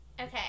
okay